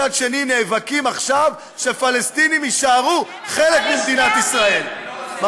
מצד שני נאבקים עכשיו שפלסטינים יישארו חלק ממדינת ישראל,